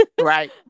right